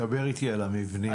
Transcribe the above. דבר איתי על המבנים.